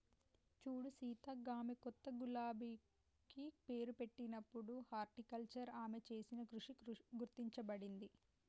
సూడు సీత గామె కొత్త గులాబికి పేరు పెట్టినప్పుడు హార్టికల్చర్ ఆమె చేసిన కృషి గుర్తించబడింది